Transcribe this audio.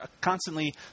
constantly